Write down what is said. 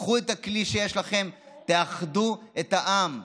קחו את הכלי שיש לכם ותאחדו את העם.